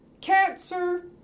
cancer